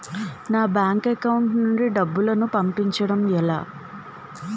నా bank account నుంచి డబ్బును పంపించడం ఎలా?